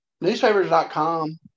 newspapers.com